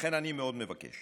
לכן אני מאוד מבקש